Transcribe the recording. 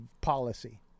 policy